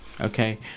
okay